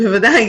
בוודאי,